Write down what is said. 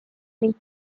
ning